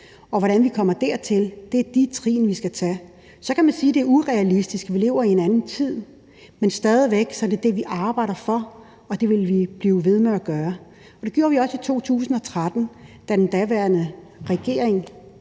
Hvordan vi kommer dertil, er de trin, vi skal tage. Så kan man sige, at det er urealistisk, og at vi lever i en anden tid. Men stadig væk er det det, vi arbejder for, og det vil vi blive ved med at gøre. Det gjorde vi også i 2013, da den daværende regering,